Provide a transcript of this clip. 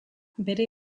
bere